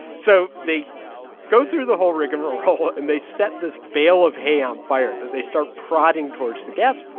so they go through the whole rigmarole, and they set this bale of hay on fire that they start prodding towards the gas